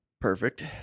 Perfect